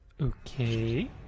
Okay